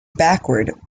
backward